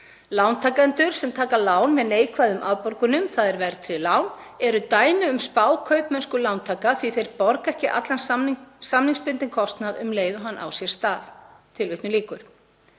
Lántakendur sem taka lán með neikvæðum afborgunum, þ.e. verðtryggð lán, eru dæmi um spákaupmennskulántaka því að þeir borga ekki allan samningsbundinn kostnað um leið og hann á sér stað.“ Ég vona að